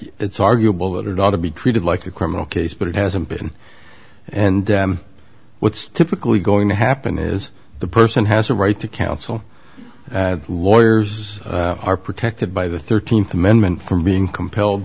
it's arguable that it ought to be treated like a criminal case but it hasn't been and what's typically going to happen is the person has a right to counsel lawyers are protected by the th amendment from being compelled